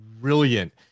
brilliant